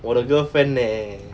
我的 girlfriend leh